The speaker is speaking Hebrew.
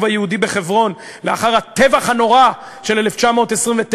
היהודי בחברון לאחר הטבח הנורא של 1929,